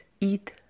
eat